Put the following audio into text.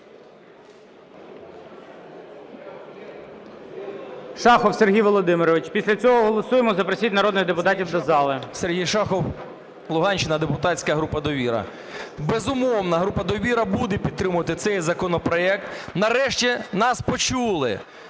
Шахов Сергій Володимирович. Після цього голосуємо. Запросіть народних депутатів до зали. 11:39:09 ШАХОВ С.В. Сергій Шахов, Луганщина, депутатська група "Довіра". Безумовно, група "Довіра" буде підтримувати цей законопроект, нарешті нас почули.